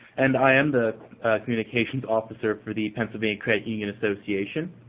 and i am the communications officer for the pennsylvania credit union association.